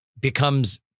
becomes